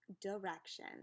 direction